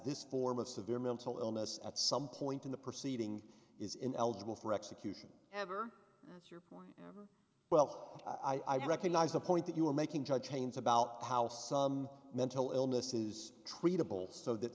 this form of severe mental illness at some point in the proceeding is ineligible for execution ever well i recognize the point that you are making such claims about how some mental illness is treatable so that